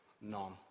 none